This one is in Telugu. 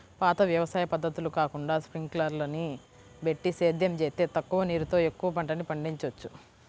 పాత వ్యవసాయ పద్ధతులు కాకుండా స్పింకర్లని బెట్టి సేద్యం జేత్తే తక్కువ నీరుతో ఎక్కువ పంటని పండిచ్చొచ్చు